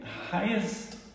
highest